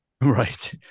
Right